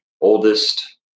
oldest